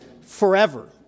forever